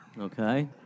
Okay